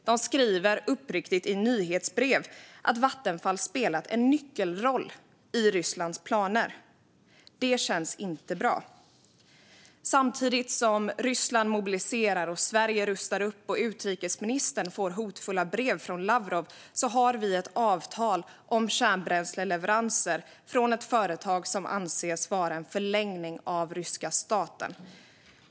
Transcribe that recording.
De skriver uppriktigt i nyhetsbrev att Vattenfall har spelat en nyckelroll i Rysslands planer. Detta känns inte bra. Samtidigt som Ryssland mobiliserar, Sverige rustar upp och utrikesministern får hotfulla brev från Lavrov har vi ett avtal om kärnbränsleleveranser från ett företag som anses vara en förlängning av den ryska staten.